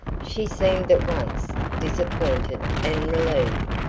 she seemed at once disappointed and relieved.